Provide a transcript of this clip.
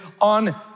on